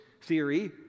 theory